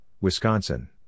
Wisconsin